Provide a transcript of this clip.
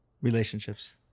relationships